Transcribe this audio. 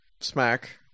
Smack